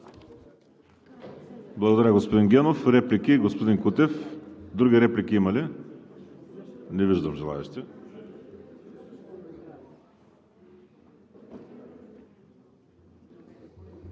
Благодаря, господин Генов. Реплика – господин Кутев. Други реплики? Не виждам желаещи.